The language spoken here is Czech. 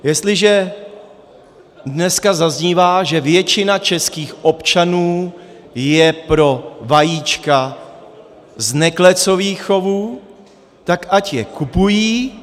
Jestliže dneska zaznívá, že většina českých občanů je pro vajíčka z neklecových chovů, tak ať je kupují.